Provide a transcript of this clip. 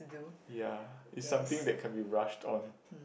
ye it's something that can be rushed on